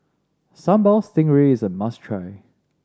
Sambal Stingray is a must try